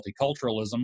multiculturalism